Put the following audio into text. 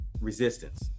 resistance